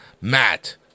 Matt